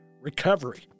Recovery